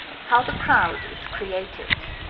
how the crowd is created